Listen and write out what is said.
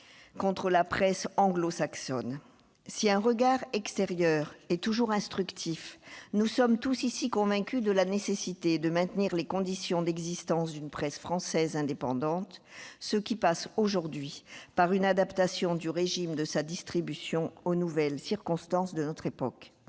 contre la presse anglo-saxonne. Si un regard extérieur est toujours instructif, nous sommes tous convaincus ici de la nécessité de maintenir les conditions d'existence d'une presse française indépendante, ce qui passe aujourd'hui par une adaptation du régime de sa distribution aux nouvelles circonstances de notre époque.